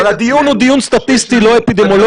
אבל הדיון הוא דיון סטטיסטי, לא רק אפידמיולוגי.